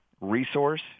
resource